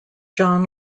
john